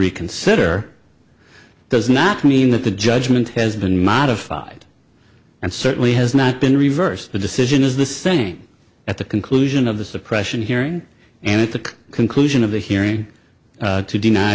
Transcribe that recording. reconsider does not mean that the judgment has been modified and certainly has not been reversed the decision is the same at the conclusion of the suppression hearing and at the conclusion of the hearing to deny